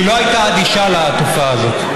שהיא לא הייתה אדישה לתופעה הזאת.